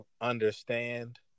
understand